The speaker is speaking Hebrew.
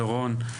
תודה רבה.